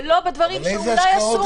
ולא בדברים שאולי אסור להם לעשות לפי החוק.